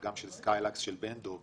וגם של "סקיילקס" של בן-דב,